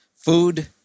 food